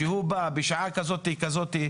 שהוא מגיע בשעה מסוימת,